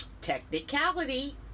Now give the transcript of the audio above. technicality